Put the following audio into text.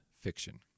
fiction